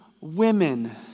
women